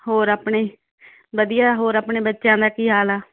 ਹੋਰ ਆਪਣੇ ਵਧੀਆ ਹੋਰ ਆਪਣੇ ਬੱਚਿਆਂ ਦਾ ਕੀ ਹਾਲ ਆ